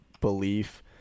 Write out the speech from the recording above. belief